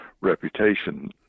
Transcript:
reputation